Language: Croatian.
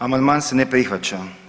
Amandman se ne prihvaća.